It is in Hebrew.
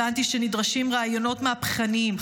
הבנתי שנדרשים רעיונות מהפכניים,